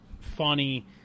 funny